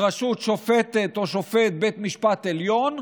בראשות שופטת או שופט בית משפט עליון,